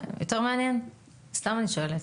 כן.